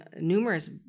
numerous